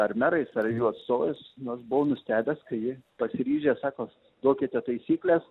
ar merais ar jų atstovais nu aš buvau nustebęs kai jie pasiryžę sakos duokite taisykles